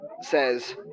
says